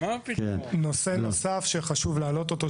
נושא נוסף שחשוב להעלות אותו,